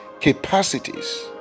capacities